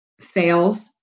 fails